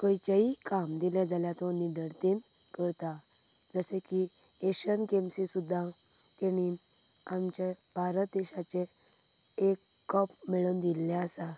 खंयचेय काम दिले जाल्यार तो निर्डरतेन करता जशें कि एशियन गेम्सी सुद्दां तेणीन आमचे भारत देशाचें एक कप मेळून दिल्ले आसा